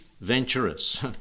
venturous